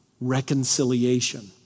Reconciliation